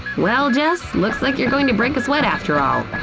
well, jess, looks like you're going to break a sweat after all!